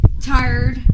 Tired